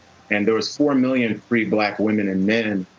and there was four million free black women and men, and